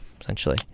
essentially